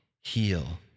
heal